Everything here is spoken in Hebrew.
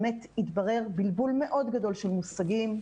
באמת התברר בלבול מאוד גדול של מושגים.